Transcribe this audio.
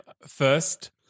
first